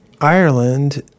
Ireland